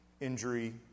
injury